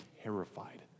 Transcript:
terrified